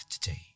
today